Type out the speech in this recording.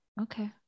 Okay